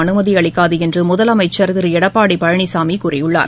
அனுமதி அளிக்காது என்று முதலமைச்சர் திரு எடப்பாடி பழனிசாமி கூறியுள்ளார்